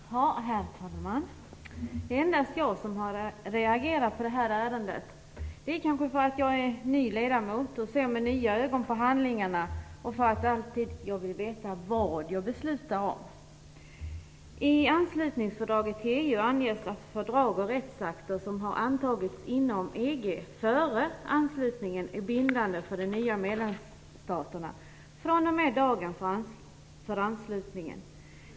Herr talman! Det är endast jag som har reagerat på detta ärende. Det är kanske för att jag är ny ledamot och ser med nya ögon på handlingarna och för att jag alltid vill veta vad jag beslutar om. I anslutningsfördraget till EU anges att fördrag och rättsakter som har antagits inom EG före anslutningen är bindande för de nya medlemsstaterna fr.o.m. dagen för anslutningen.